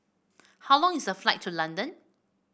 how long is the flight to London